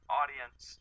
audience